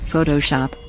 Photoshop